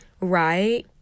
right